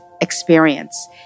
experience